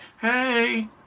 Hey